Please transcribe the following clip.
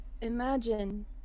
Imagine